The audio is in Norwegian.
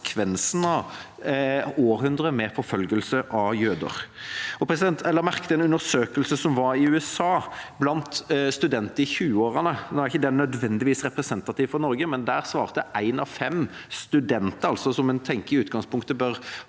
konsekvensen av århundrer med forfølgelse av jøder. Jeg la merke til en undersøkelse som var i USA blant studenter i 20-årene. Den er ikke nødvendigvis representativ for Norge, men én av fem studenter, altså noen som en i utgangspunktet